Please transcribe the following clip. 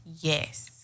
Yes